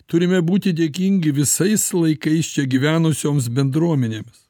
turime būti dėkingi visais laikais čia gyvenusioms bendruomenėms